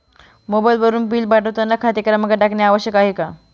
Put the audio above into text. मोबाईलवरून बिल पाठवताना खाते क्रमांक टाकणे आवश्यक आहे का?